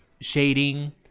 shading